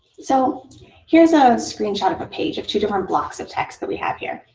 so here's a screen shot of a page of two different blocks of text that we have here.